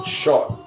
shot